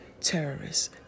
terrorists